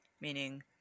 meaning